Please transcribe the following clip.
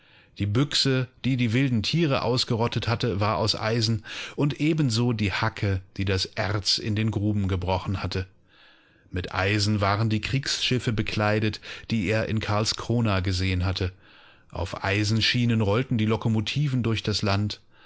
die büchse die die wilden tiere ausgerottet hatte war aus eisen und ebenso die hacke die das erz in den gruben gebrochen hatte mit eisen waren die kriegsschiffe bekleidet die er in karlskrona gesehen hatte auf eisenschienen rollten die lokomotiven durch das land